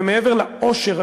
ומעבר לאושר,